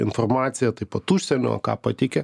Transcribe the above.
informacija taip pat užsienio ką pateikia